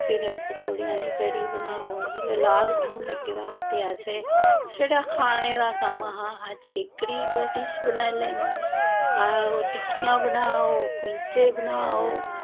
फिर पकौड़े आह्ली कड़ी बनाओ जिल्लै लॉकडाउन लग्गे दा हा ते असें छड़ा खाने दा कम्म हा अज्ज एह्कड़ी डिश बनाई लैनी आओ टिक्कियां बनाओ कुल्चे बनाओ